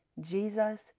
Jesus